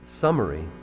Summary